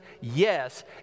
Yes